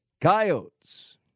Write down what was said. coyotes